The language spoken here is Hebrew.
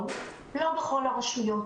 זה לא נעשה בכל הרשויות.